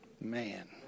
Man